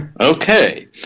Okay